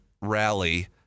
rally